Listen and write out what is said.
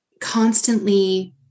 constantly